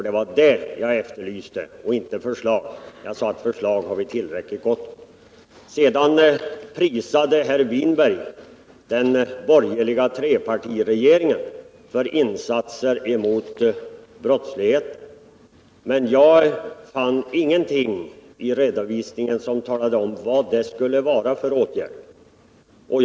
Det var det jag efterlyste och inte förslag. Jag sade att förslag har vi tillräckligt av. Sedan prisade herr Winberg den borgerliga trepartiregeringen för insatser mot brottsligheten, men jag fann ingenting i redovisningen som talade om vad det skulle vara för åtgärder.